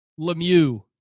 Lemieux